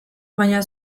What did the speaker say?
baina